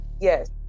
yes